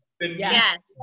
Yes